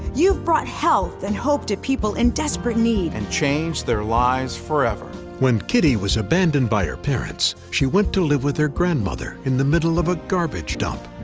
you've brought health and hope to people in desperate need. and changed their lives forever. when kitty was abandoned by her parents, she went to live with her grandmother in the middle of a garbage dump.